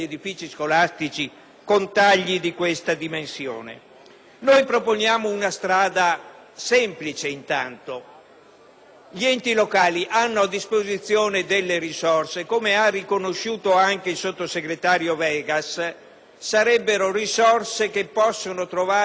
Noi proponiamo intanto una strada semplice. Gli enti locali hanno a disposizione delle risorse. Come ha riconosciuto anche il sottosegretario Vegas, sarebbero risorse che possono trovare rapidamente impiego nel ciclo economico.